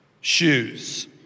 Shoes